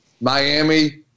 Miami